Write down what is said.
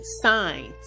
signs